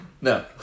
No